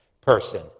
person